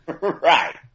Right